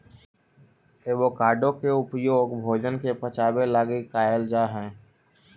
avocado के उपयोग भोजन के पचाबे लागी कयल जा हई